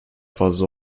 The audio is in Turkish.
fazla